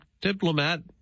diplomat